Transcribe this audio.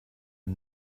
are